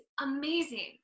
amazing